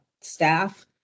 staff